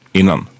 innan